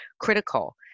critical